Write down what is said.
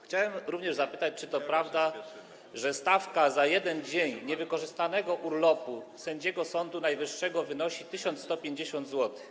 Chciałbym również zapytać, czy to prawda, że stawka za jeden dzień niewykorzystanego urlopu sędziego Sądu Najwyższego wynosi 1150 zł.